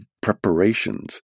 preparations